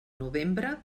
novembre